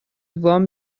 وام